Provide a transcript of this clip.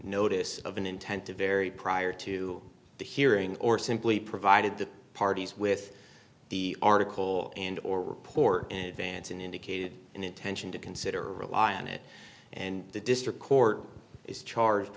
notice of an intent to vary prior to the hearing or simply provided the parties with the article and or report in advance and indicated an intention to consider rely on it and the district court is charged